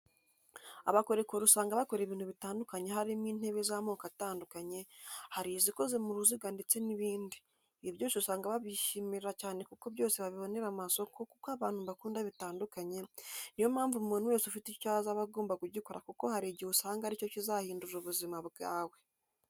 Abakorikori usanga bakora ibintu bitandukanye harimo intebe z'amoko atandukanye, hari izikoze mu ruziga ndetse n'ibindi, ibi byose usanga babyishimira cyane kuko byose babibonera amasoko kuko abantu bakunda bitandukanye, ni yo mpamvu umuntu wese ufite icyo azi aba agomba kugikora kuko hari igihe usanga ari cyo kizahindura ubuzima bwawe.